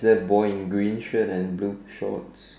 there a boy green shirt and blue shorts